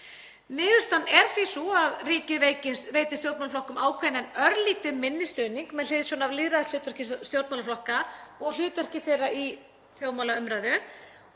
því sú að leggja til að ríkið veiti stjórnmálaflokkum ákveðinn en örlítið minni stuðning með hliðsjón af lýðræðishlutverki stjórnmálaflokka og hlutverki þeirra í þjóðmálaumræðu